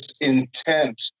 intent